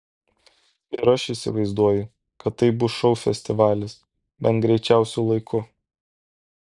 ir aš įsivaizduoju kad tai bus šou festivalis bent greičiausiu laiku